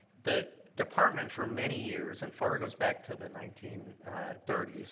the department for many years, and fara goes back to the nineteen thirty s,